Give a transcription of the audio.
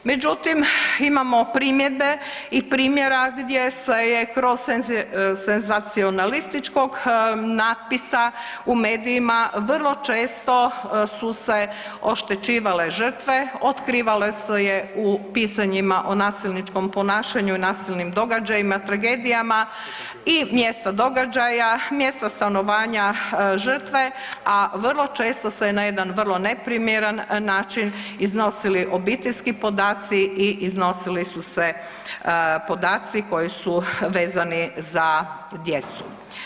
Međutim, imamo primjedbe i primjera gdje se je kroz senzacionalističkog natpisa u medijima vrlo često su se oštećivale žrtve, otkrivale su je u pisanjima o nasilničkom ponašanju i nasilnim događajima, tragedijama i mjesto događaja, mjesto stanovanja žrtve, a vrlo često se na jedan vrlo neprimjeran način iznosili obiteljski podaci i iznosili su se podaci koji su vezani za djecu.